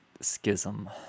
Schism